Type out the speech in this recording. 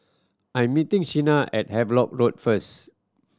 I'm meeting Shenna at Havelock Road first